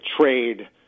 trade